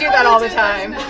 yeah that all the time.